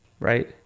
right